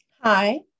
Hi